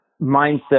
mindset